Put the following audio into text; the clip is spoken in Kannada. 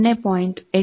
ಅಷ್ಟೇ ಅದು